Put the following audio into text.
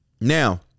Now